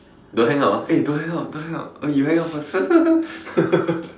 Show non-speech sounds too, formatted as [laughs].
don't hang up ah eh don't hang up don't hang up uh you hang up first [laughs]